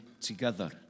together